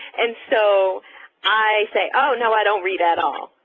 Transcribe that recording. and so i say, oh no, i don't read at all.